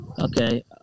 Okay